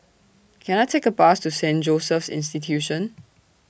Can I Take A Bus to Saint Joseph's Institution